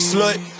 Slut